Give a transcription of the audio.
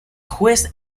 juez